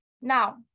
Now